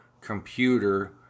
computer